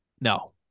No